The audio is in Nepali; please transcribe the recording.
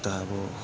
अन्त अब